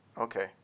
okay